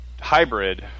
hybrid